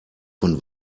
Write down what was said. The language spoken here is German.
von